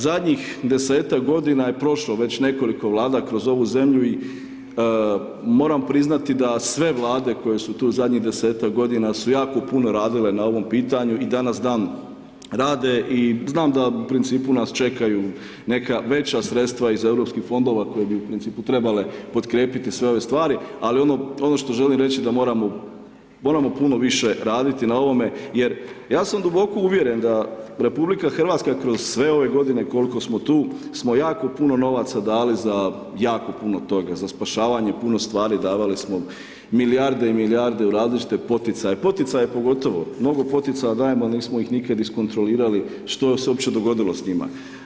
Zadnjih 10-tak godina je prošlo već nekoliko Vlada kroz ovu zemlju i moram priznati da sve Vlade koje su tu zadnjih 10-tak godina su jako puno radile na ovom pitanju i danas dan rade i znam da u principu nas čekaju neka veća sredstva iz Europskih fondova koje bi u principu trebale potkrijepiti sve ove stvari, ali ono što želim reći da moramo, moramo puno više raditi na ovome jer, ja sam duboko uvjeren da RH kroz ove godine koliko smo tu, smo jako puno novaca dali za jako puno toga, za spašavanje puno stvari, davali smo milijarde i milijarde u različite poticaje, poticaje pogotovo, mnogo poticaja dajemo, nismo ih nikad iskontrolirali što se uopće dogodilo s njima.